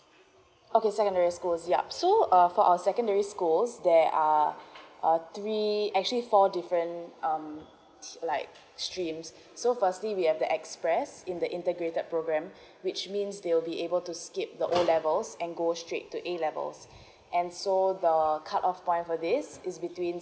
okay secondary schools yup so uh for our secondary schools there are uh three actually four different um like streams so firstly we have the express in the integrated program which means they will be able to skip the O levels and go straight to A level and so the the cut off point for this is between